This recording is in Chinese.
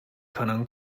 可能